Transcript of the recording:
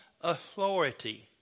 authority